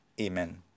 Amen